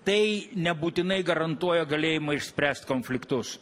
tai nebūtinai garantuoja galėjimą išspręst konfliktus